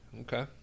okay